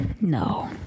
No